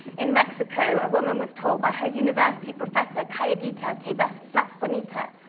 in mexico a woman was told by her university professor calladita te ves mas bonita,